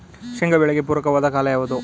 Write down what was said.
ಶೇಂಗಾ ಬೆಳೆಗೆ ಪೂರಕವಾದ ಕಾಲ ಯಾವುದು?